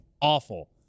awful